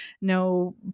no